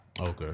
Okay